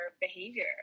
behavior